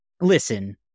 listen